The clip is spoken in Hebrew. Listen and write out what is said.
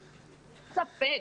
יש מורכבויות, אין ספק.